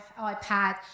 iPad